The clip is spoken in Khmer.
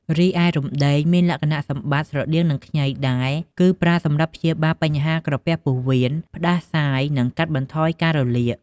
រីឯរំដេង មានលក្ខណៈសម្បត្តិស្រដៀងនឹងខ្ញីដែរ គឺប្រើសម្រាប់ព្យាបាលបញ្ហាក្រពះពោះវៀន ផ្តាសាយ និងកាត់បន្ថយការរលាក។